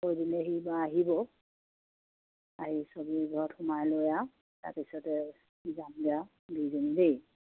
কৈ দিলে সি বাৰু আহিব আহি ছবিৰ ঘৰত সোমাই লৈ আৰু তাৰপিছতে যামগৈ আৰু দুজনী দেই